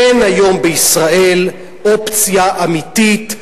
אין היום בישראל אופציה אמיתית,